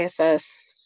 ISS